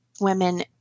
women